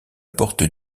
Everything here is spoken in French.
porte